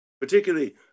particularly